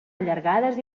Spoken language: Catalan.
allargades